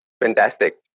fantastic